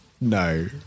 No